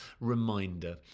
reminder